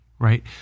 Right